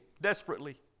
desperately